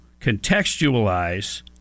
contextualize